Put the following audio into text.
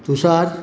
তুষার